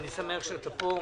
ואני שמח שאתה פה.